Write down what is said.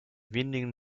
wenigen